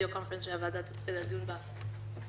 conference שהוועדה תתחיל לדון בה בקרוב.